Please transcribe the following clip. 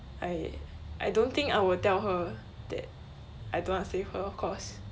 I I don't think I will tell her that I don't want stay with her of course